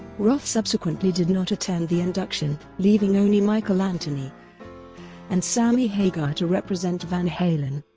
roth subsequently did not attend the induction, leaving only michael anthony and sammy hagar to represent van halen.